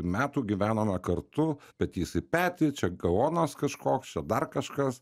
metų gyvenome kartu petys į petį čia gaonas kažkoks čia dar kažkas